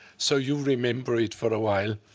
so you remember it for a while.